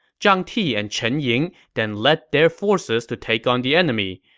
zhang ti and chen ying then led their forces to take on the enemy.